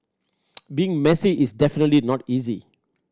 being messy is definitely not easy